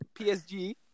PSG